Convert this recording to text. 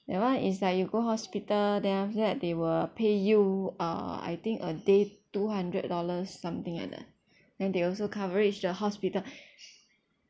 that [one] is like you go hospital then after that they will pay you uh I think a day two hundred dollars something like that then they also coverage the hospital